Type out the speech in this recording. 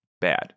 bad